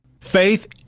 faith